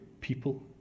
people